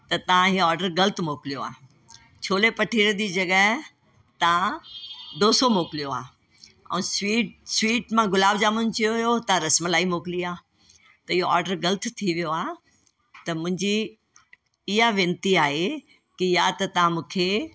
त तां इहा ऑडर ग़लति मोकलियो आहे छोले भठीरे जी जॻह तां ढोसो मोकलियो आहे ऐं स्वीट स्वीट मां गुलाब जामुन चयो हुओ तव्हां रस मलाई मोकली आहे त इहा ऑडर ग़लति थी वियो आहे त मुंहिंजी इहा वेनिती आहे की या त तव्हां मूंखे